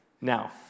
Now